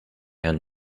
and